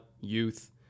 youth